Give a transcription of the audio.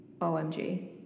omg